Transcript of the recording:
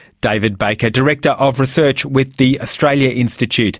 david baker, director of research with the australia institute.